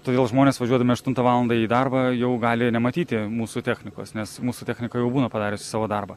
todėl žmonės važiuodami aštuntą valandą į darbą jau gali nematyti mūsų technikos nes mūsų technika jau būna padariusi savo darbą